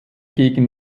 gegen